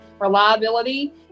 reliability